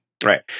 Right